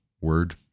word